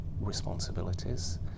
responsibilities